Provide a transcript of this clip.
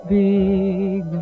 big